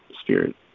spirit